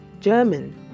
German